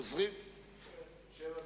כן, חד-משמעית.